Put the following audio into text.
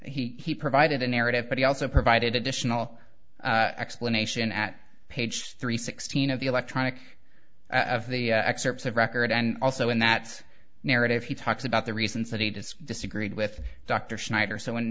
that he provided a narrative but he also provided additional explanation at page three sixteen of the electronic of the excerpts of record and also in that narrative he talks about the reasons that it is disagreed with dr schneider so when